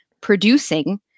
producing